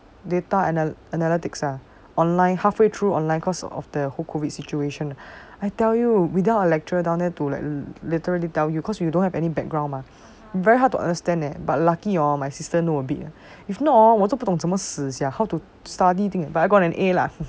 data anala~ analytics ah online halfway through online cause of the who COVID situation I tell you without our lecturer down there to like literally tell you cause you don't have any background mah very hard to understand eh but lucky hor my sister know a bit if not hor 我都不懂怎么死下 how to study thing eh but I got an a lah